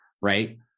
Right